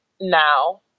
now